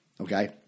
okay